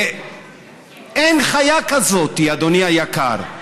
אין חיה כזאת, אדוני היקר.